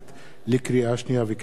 לקריאה שנייה ולקריאה שלישית,